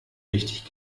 richtig